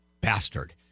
Bastard